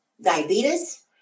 diabetes